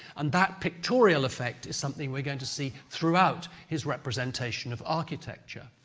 and that pictorial effect is something we're going to see throughout his representation of architecture.